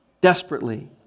Desperately